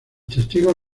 testigos